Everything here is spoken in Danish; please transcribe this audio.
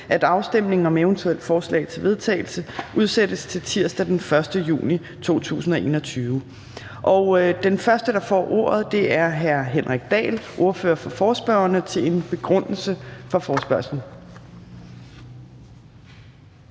at afstemning om eventuelle forslag til vedtagelse udsættes til tirsdag den 1. juni 2021. Den første, der får ordet, er hr. Henrik Dahl, ordføreren for forespørgerne, til en begrundelse for forespørgslen.